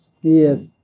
yes